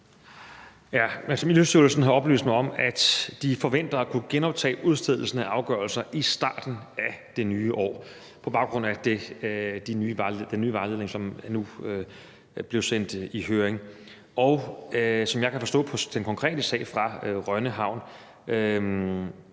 Miljøstyrelsen har oplyst mig om, at de forventer at kunne genoptage udstedelsen af afgørelser i starten af det nye år på baggrund af den nye vejledning, som nu er blevet sendt i høring. Som jeg kan forstå på den konkrete sag fra Rønne Havn,